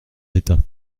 d’état